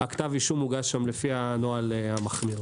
כתב האישות הוגש שם לפי הנוהל המחמיר.